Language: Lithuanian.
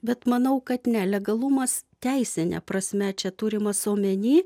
bet manau kad ne legalumas teisine prasme čia turimas omeny